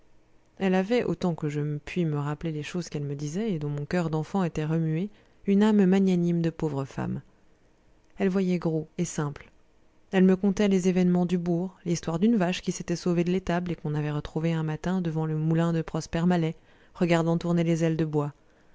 elle avait autant que je puis me rappeler les choses qu'elle me disait et dont mon coeur d'enfant était remué une âme magnanime de pauvre femme elle voyait gros et simple elle me contait les événements du bourg l'histoire d'une vache qui s'était sauvée de l'étable et qu'on avait retrouvée un matin devant le moulin de prosper malet regardant tourner les ailes de bois